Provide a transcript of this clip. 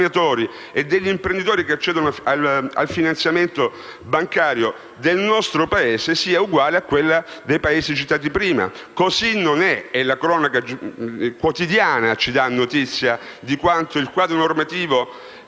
e degli imprenditori che accedono al finanziamento bancario nel nostro Paese sia uguale a quella dei Paesi citati. Così non è, e la cronaca quotidiana ci dà notizia di quanto il quadro normativo a